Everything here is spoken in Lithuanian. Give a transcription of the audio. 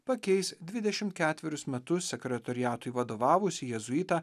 pakeis dvidešimt ketverius metus sekretoriatui vadovavusį jėzuitą